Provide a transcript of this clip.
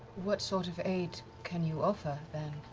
what sort of aid can you offer, then?